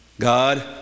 God